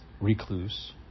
recluse